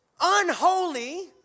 unholy